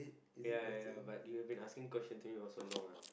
ya ya but you have been asking question to me for so long ah